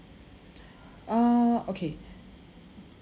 orh okay